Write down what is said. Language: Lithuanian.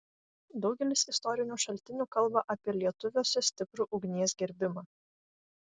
daugelis istorinių šaltinių kalba apie lietuviuose stiprų ugnies gerbimą